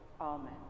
Amen